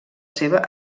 seva